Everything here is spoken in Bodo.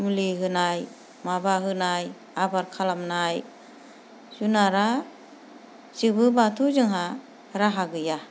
मुलि होनाय माबा होनाय आबोर खालामनाय जुनादा जोबोब्लाथ' जोंहा राहा गैया